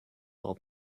while